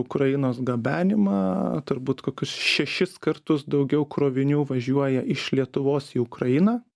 ukrainos gabenimą turbūt kokius šešis kartus daugiau krovinių važiuoja iš lietuvos į ukrainą